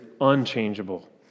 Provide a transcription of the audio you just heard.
unchangeable